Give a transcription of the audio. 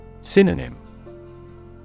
Synonym